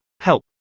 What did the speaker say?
Help